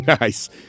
Nice